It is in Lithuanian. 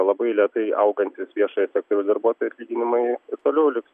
labai lėtai augantys viešojo sektoriaus darbuotojų atlyginimai ir toliau liks